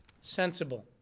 sensible